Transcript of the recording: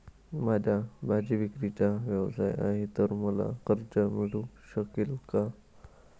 माझा भाजीविक्रीचा व्यवसाय आहे तर मला कर्ज मिळू शकेल का?